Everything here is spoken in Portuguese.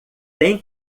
tem